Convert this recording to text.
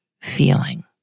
feeling